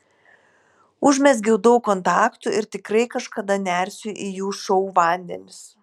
užmezgiau daug kontaktų ir tikrai kažkada nersiu į jų šou vandenis